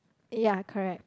ya correct